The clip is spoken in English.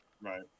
Right